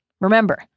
Remember